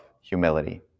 humility